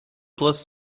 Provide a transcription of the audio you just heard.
plus